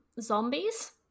zombies